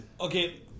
Okay